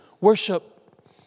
worship